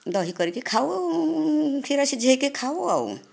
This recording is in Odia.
ଦହି କରିକି ଖାଉ ଆଉ କ୍ଷୀର ସିଜେଇକି ଖାଉ ଆଉ